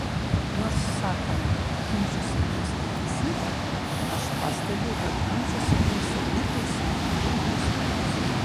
nors sakoma ginčuose gimsta teisybė aš pastebiu kad ginčuose gimsta ne teisybė o nuoskaudos